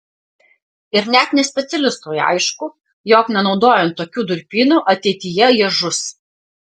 ir net nespecialistui aišku jog nenaudojant tokių durpynų ateityje jie žus